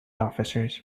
officers